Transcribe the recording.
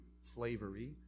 slavery